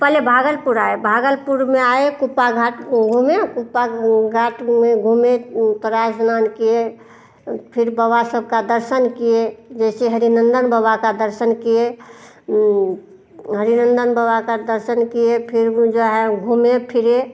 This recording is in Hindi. पहले भागलपुर आए भागलपुर में आए कुप्पा घाट वह घूमें कुप्पा घाट में घूमें करा स्नान किए फिर बाबा सबका दर्शन किए जैसे हरिनंदन बबा का दर्शन किए हरिनंदन बाबा का दर्शन किए फिर वह जो है घूमें फिर